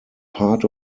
part